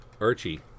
Archie